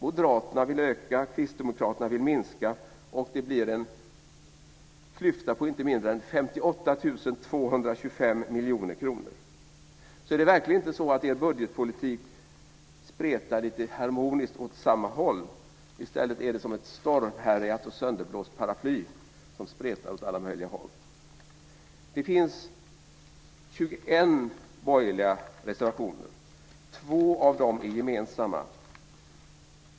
Moderaterna vill öka, och Kristdemokraterna vill minska. Det blir en klyfta på inte mindre än 58 225 000 000 kr. Det är alltså verkligen inte så att er budgetpolitik spretar lite harmoniskt åt samma håll. I stället är den som ett stormhärjat och sönderblåst paraply som spretar åt alla möjliga håll. Det finns 21 borgerliga reservationer. Två av dem är gemensamma.